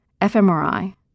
fMRI